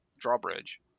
drawbridge